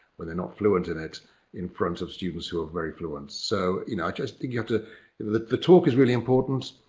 where they're not fluent in it in front of students who are very fluent. so i ah just think you have to, the talk is really important.